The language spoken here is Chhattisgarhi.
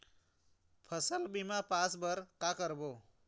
फसल बीमा पास बर का करबो?